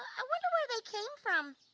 i wonder where they came from.